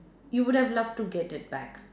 you would have loved to get it back